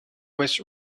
was